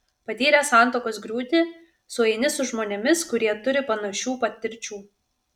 patyręs santuokos griūtį sueini su žmonėmis kurie turi panašių patirčių